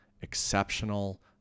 exceptional